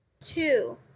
Two